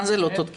מה זה לא צודקים?